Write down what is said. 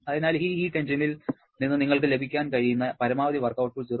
അതിനാൽ ഈ ഹീറ്റ് എഞ്ചിനിൽ നിന്ന് നിങ്ങൾക്ക് ലഭിക്കാൻ കഴിയുന്ന പരമാവധി വർക്ക് ഔട്ട്പുട്ട് 0